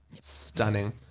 Stunning